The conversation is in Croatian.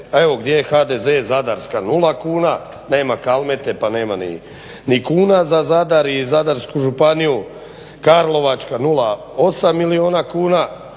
evo gdje je HDZ Zadarska nula kuna, nema Kalmete pa nema ni kuna za Zadar i Zadarsku županiju. Karlovačka 0,8 milijuna kuna,